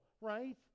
right